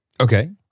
okay